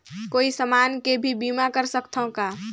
कोई समान के भी बीमा कर सकथव का?